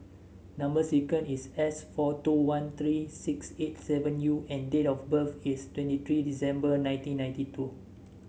number sequence is S four two one three six eight seven U and date of birth is twenty three December nineteen ninety two